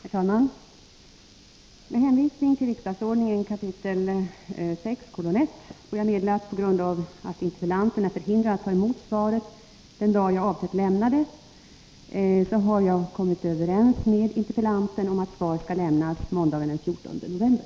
Herr talman! Med hänvisning till riksdagsordningen 6 kap. 1§ får jag meddela följande. På grund av att interpellanten är förhindrad att ta emot svaret den dag som jag hade avsett att lämna det, har jag kommit överens med Jörgen Ullenhag om att svar skall lämnas måndagen den 14 november.